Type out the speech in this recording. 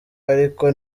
ariko